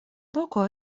loko